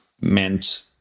meant